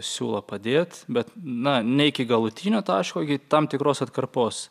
siūlo padėt bet na ne iki galutinio taško iki tam tikros atkarpos